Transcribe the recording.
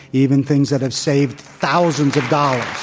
even things that have saved thousands of dollars.